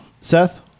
Seth